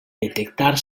detectar